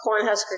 Cornhusker